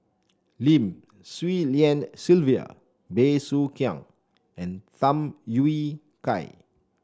Lim Swee Lian Sylvia Bey Soo Khiang and Tham Yui Kai